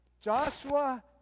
Joshua